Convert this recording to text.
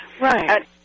Right